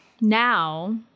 now